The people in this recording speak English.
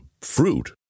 Fruit